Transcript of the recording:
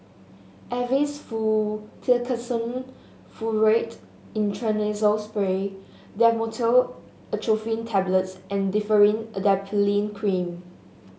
Avamys Fluticasone Furoate Intranasal Spray Dhamotil Atropine Tablets and Differin Adapalene Cream